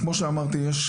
כמו שאמרתי,